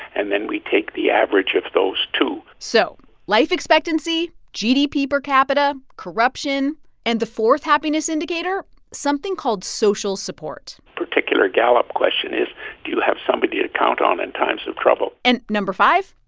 and then we take the average of those two so life expectancy, gdp per capita, corruption and the fourth happiness indicator something called social support particular gallup question is, do you have somebody to count on in times of trouble? and no. five,